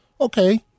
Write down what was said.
Okay